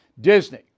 Disney